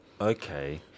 Okay